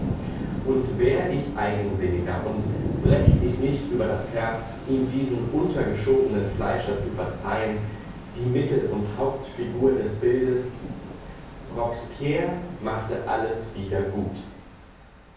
und wär ich eigensinniger und brächt ich's nicht über das herz ihm diesen untergeschobenen fleischer zu verzeihn die mittel und hauptfigur des bildes robespierre machte alles wieder gut